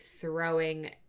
throwing